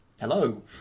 Hello